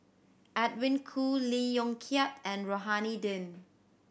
Edwin Koo Lee Yong Kiat and Rohani Din